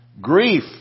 Grief